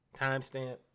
Timestamp